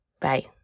Bye